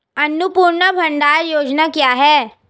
अन्नपूर्णा भंडार योजना क्या है?